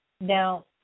Now